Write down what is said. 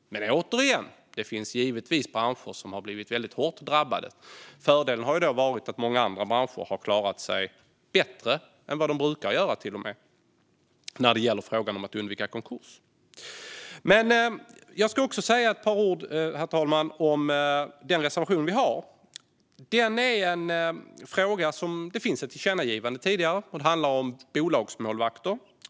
Återigen, det finns givetvis branscher som har blivit väldigt hårt drabbade. Fördelen har dock varit att många andra branscher till och med har klarat sig bättre än de brukar göra när det gäller frågan om att undvika konkurs. Jag ska också säga ett par ord om den reservation vi har, herr talman. Den rör en fråga där det finns ett tillkännagivande sedan tidigare, nämligen bolagsmålvakter.